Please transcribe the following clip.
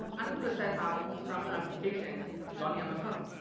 and do a setup from application running on the phone.